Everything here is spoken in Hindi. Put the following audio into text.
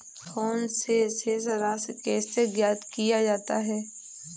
फोन से शेष राशि कैसे ज्ञात किया जाता है?